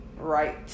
right